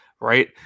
right